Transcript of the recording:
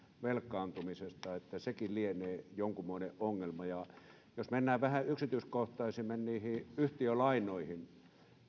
velkaantumisesta sekin lienee jonkunmoinen ongelma jos mennään vähän yksityiskohtaisemmin yhtiölainoihin